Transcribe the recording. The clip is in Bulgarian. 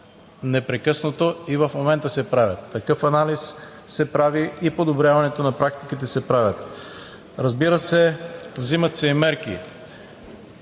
непрекъснато, и в момента се правят. Такъв анализ се прави и подобряването на практиките се правят. Разбира се, взимат се и мерки,